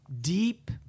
deep